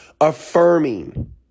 affirming